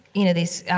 you know, these, ah,